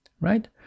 right